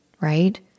right